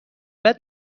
بعد